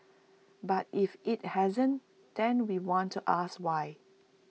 but if IT hasn't then we want to ask why